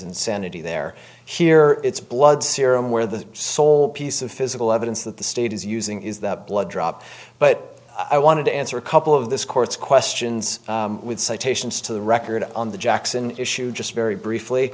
insanity there here it's blood serum where the sole piece of physical evidence that the state is using is the blood drop but i wanted to answer a couple of this court's questions with citations to the record on the jackson issue just very briefly